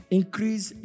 increase